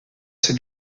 ces